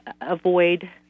avoid